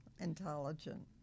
intelligent